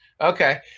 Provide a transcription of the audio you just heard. Okay